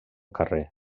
carrer